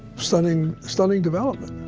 stunning, stunning development